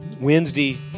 Wednesday